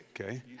Okay